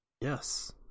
Yes